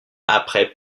après